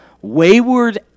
wayward